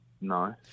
No